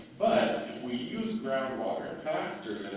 but if we use ground water faster